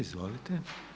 Izvolite.